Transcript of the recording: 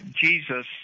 Jesus